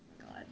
God